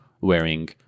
wearing